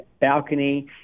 balcony